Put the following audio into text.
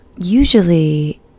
usually